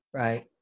Right